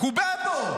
קובבות.